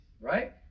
right